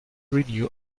renew